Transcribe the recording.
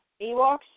Ewoks